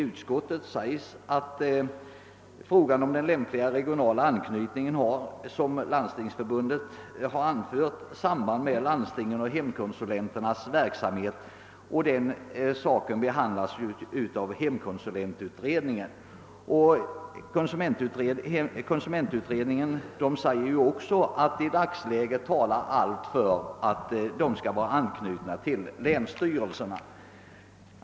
Utskottet = säger: >Frågan om den lämpliga regionala anknytningen har, som förbundet vidare anfört, samband med inriktningen av hemkonsulenternas verksamhet, vilken behandlats av hemkonsulentutredningen.> Konsumentutredningen säger också att i dagsläget allt talar för att hemkonsulenterna skall vara anknutna till länsstyrelserna.